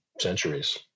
centuries